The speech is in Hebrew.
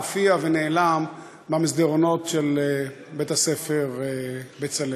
הופיע ונעלם במסדרונות של בית-הספר "בצלאל".